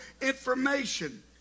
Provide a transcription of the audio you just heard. information